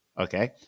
Okay